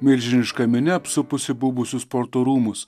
milžiniška minia apsupusi buvusius sporto rūmus